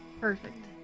Perfect